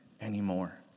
anymore